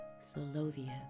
Soloviev